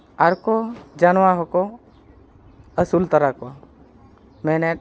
ᱟᱨᱠᱚ ᱡᱟᱱᱣᱟᱨ ᱦᱚᱸᱠᱚ ᱟᱹᱥᱩᱞ ᱛᱟᱨᱟ ᱠᱚᱣᱟ ᱢᱮᱱᱮᱫ